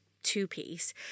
two-piece